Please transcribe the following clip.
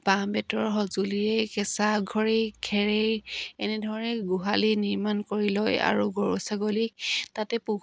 বাঁহ বেঁতৰ সঁজুলিৰে কেঁচা খৰি খেৰেই এনেধৰণে গোহালি নিৰ্মাণ কৰি লয় আৰু গৰু ছাগলীক তাতে পোহপাল